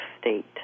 state